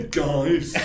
guys